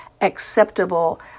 acceptable